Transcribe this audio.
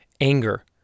Anger